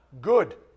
Good